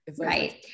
Right